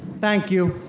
thank you,